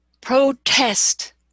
protest